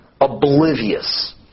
oblivious